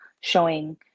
showing